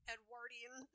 Edwardian